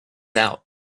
out